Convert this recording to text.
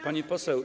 Pani Poseł!